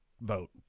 vote